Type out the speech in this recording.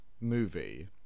movie